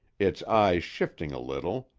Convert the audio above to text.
its eyes shifting a little,